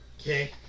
okay